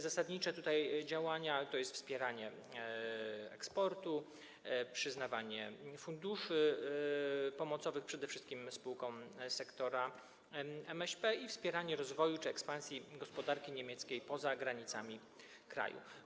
Zasadnicze działania tutaj to wspieranie eksportu, przyznawanie funduszy pomocowych, przede wszystkim spółkom sektora MŚP, i wspieranie rozwoju czy ekspansji gospodarki niemieckiej poza granicami kraju.